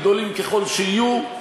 גדולים ככל שיהיו,